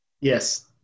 Yes